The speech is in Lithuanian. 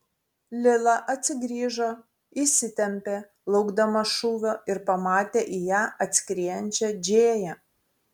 lila atsigrįžo įsitempė laukdama šūvio ir pamatė į ją atskriejančią džėją